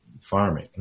farming